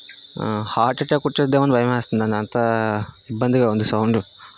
heart attack వచ్చేద్ది ఏమో అని భయం వేస్తుంది అండి అంత ఇబ్బందిగా ఉంది సౌండ్